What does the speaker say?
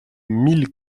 mille